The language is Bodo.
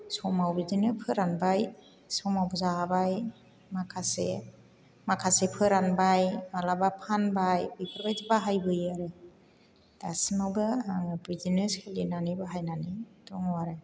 समाव बिदिनो फोरानबाय समाव जाबाय माखासे माखासे फोरानबाय माब्लाबा फानबाय बेफोरबायदि बाहायबोयो आरो दासिमावबो आं बिदिनो सोलिनानै बाहायनानै दङ आरो